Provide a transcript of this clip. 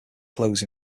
close